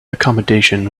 accommodation